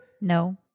no